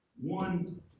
One